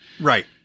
Right